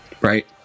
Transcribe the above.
right